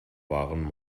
waren